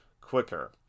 quicker